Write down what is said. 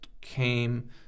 came